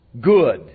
good